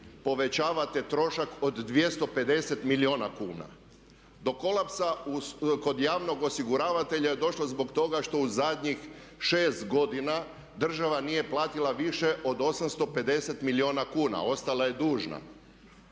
povećavate trošak od 250 milijuna kuna. Do kolapsa kod javnog osiguravatelja je došlo zbog toga što u zadnjih 6 godina država nije platila više od 850 milijuna kuna, ostala je dužna.